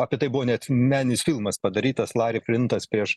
apie tai buvo net meninis filmas padarytas lari flintas prieš